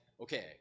okay